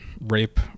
rape